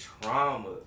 trauma